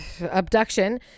abduction